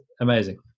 amazing